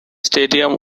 stadium